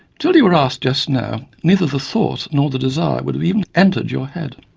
until you were asked just now, neither the thought nor the desire would have even entered your head.